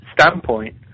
standpoint